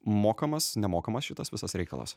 mokamas nemokamas šitas visas reikalas